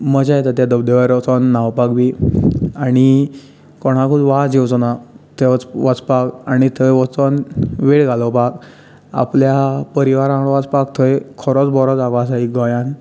मजा येता त्या धबधब्यार वचोन न्हावपाक बी आनी कोणाकूच वाज येवचो ना थंय वचपाक आनी थंय वचोन वेळ घालोवपाक आपल्या परिवारा वांगडा वचपाक थंय खरोच बरो जागो आसा एक गोंयांत